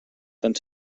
tant